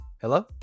Hello